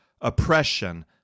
oppression